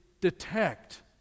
detect